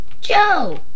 Joe